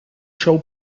show